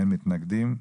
אין מתנגדים.